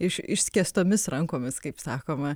iš išskėstomis rankomis kaip sakoma